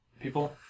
people